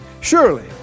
surely